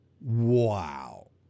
wow